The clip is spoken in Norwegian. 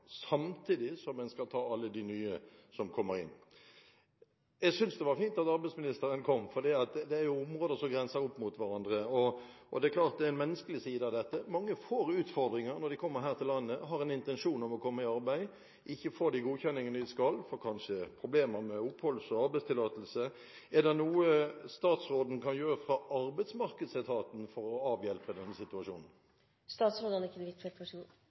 samtidig som en skal ta alle de nye som kommer inn. Jeg synes det var fint at arbeidsministeren kom, for dette er områder som grenser opp mot hverandre. Det er klart at det er en menneskelig side ved dette: Mange får utfordringer når de kommer her til landet, har en intensjon om å komme i arbeid, får ikke godkjenningen de skal ha, får kanskje problemer med oppholds- og arbeidstillatelse. Er det noe statsråden kan gjøre fra arbeidsmarkedsetatens side for å avhjelpe denne